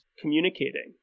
communicating